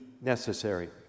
necessary